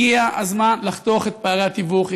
הגיע הזמן לחתוך את פערי התיווך,